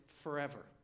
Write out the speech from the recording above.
forever